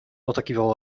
potakiwał